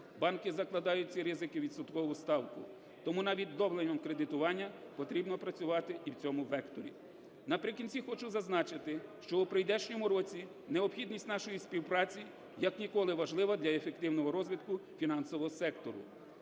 Банки закладають ці ризики у відсоткову ставку. Тому навіть ...... кредитування потрібно працювати і в цьому векторі. Наприкінці хочу зазначити, що у прийдешньому році необхідність нашої співпраці як ніколи важлива для ефективного розвитку фінансового сектору.